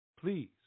Please